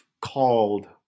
called